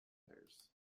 others